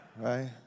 Right